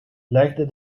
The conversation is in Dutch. legde